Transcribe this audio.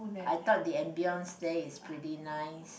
I thought the ambiance there is pretty nice